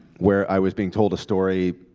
where i was being told a story,